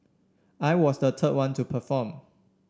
I was the third one to perform